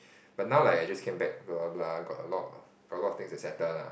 but now like I just came back blah blah got a lot got a lot of thing to settle lah